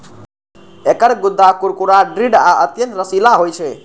एकर गूद्दा कुरकुरा, दृढ़ आ अत्यंत रसीला होइ छै